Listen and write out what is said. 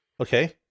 okay